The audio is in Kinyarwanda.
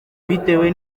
bitewe